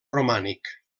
romànic